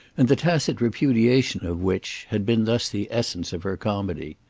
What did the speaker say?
and the tacit repudiation of which had been thus the essence of her comedy.